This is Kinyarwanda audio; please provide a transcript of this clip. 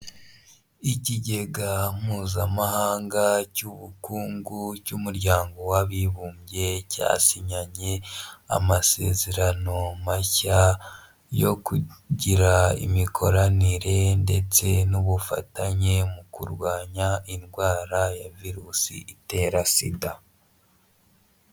Ikigega mpuzamahanga cy'ubukungu cy'umuryango w'abibumbye, cyasinyanye amasezerano mashya yo kugira imikoranire ndetse n'ubufatanye mu kurwanya indwara ya virusi itera sida.